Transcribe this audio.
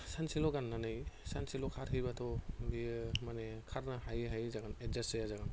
सानसेल' गाननानै सानसेल' खारोबाथाय बियो माने खारनो हायि हायि जागोन एडजास्ट जाया